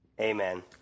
Amen